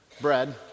Bread